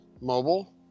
mobile